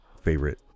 favorite